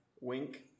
Wink